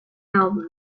album